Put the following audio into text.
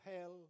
hell